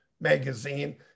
magazine